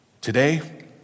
today